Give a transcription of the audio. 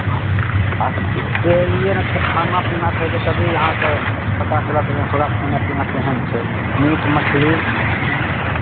एलियै नहि तऽ खाना पीना खेबै तभी अहाँकेँ पता चलत एतुक्का खाना पीना केहन छै मीट मछली